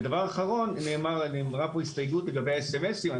ודבר אחרון, נאמרה פה הסתייגות בעניין סמסים.